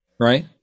right